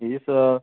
ଇଏ ସ